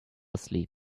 asleep